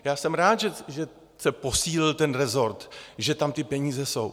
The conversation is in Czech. Já jsem rád, že se posílil ten resort, že tam ty peníze jsou.